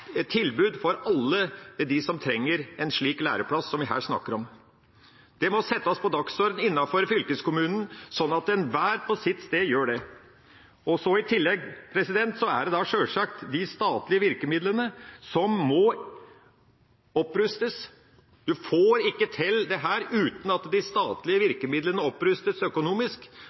tilbud til alle dem som trenger en slik læreplass som vi her snakker om. Det må settes på dagsordenen i fylkeskommunene, slik at enhver på sitt sted gjør det. I tillegg er det sjølsagt at de statlige virkemidlene må opprustes. Man får ikke til dette uten at de statlige virkemidlene opprustes økonomisk,